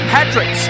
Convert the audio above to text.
Patrick